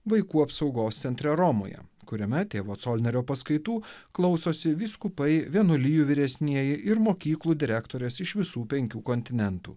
vaikų apsaugos centre romoje kuriame tėvo colnerio paskaitų klausosi vyskupai vienuolijų vyresnieji ir mokyklų direktorės iš visų penkių kontinentų